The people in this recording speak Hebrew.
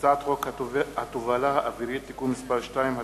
הצעת חוק התובלה האווירית (תיקון מס' 2),